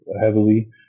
heavily